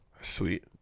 sweet